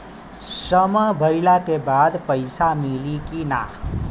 समय भइला के बाद पैसा मिली कि ना?